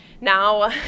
now